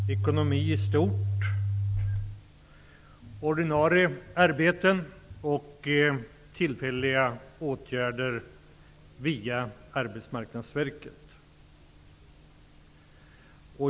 Herr talman! Dagens debatt har berört ekonomi i stort, ordinarie arbeten och tillfälliga åtgärder via Arbetsmarknadsverket.